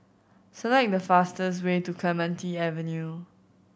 select the fastest way to Clementi Avenue